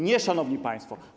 Nie, szanowni państwo.